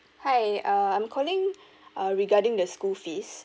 hi uh I'm calling uh regarding the school fees